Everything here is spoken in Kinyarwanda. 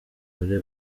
gore